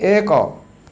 ଏକ